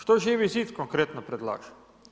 Što Živi zid konkretno predlaže?